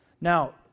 Now